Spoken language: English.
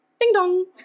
ding-dong